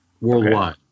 worldwide